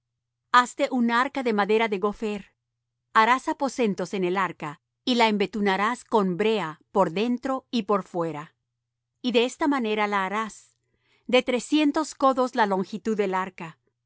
hazte un arca de madera de gopher harás aposentos en el arca y la embetunarás con brea por dentro y por fuera y de esta manera la harás de trescientos codos la longitud del arca